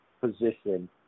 position